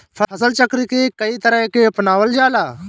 फसल चक्र के कयी तरह के अपनावल जाला?